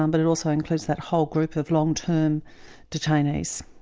um but it also includes that whole group of long term detainees.